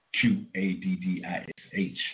Q-A-D-D-I-S-H